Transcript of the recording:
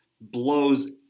blows